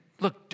Look